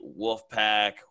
Wolfpack